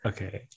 Okay